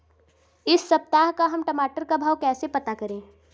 इस सप्ताह का हम टमाटर का भाव कैसे पता करें?